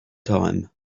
time